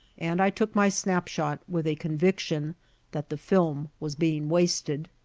and i took my snap-shot with a conviction that the film was being wasted.